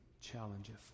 challenges